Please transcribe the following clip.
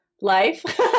life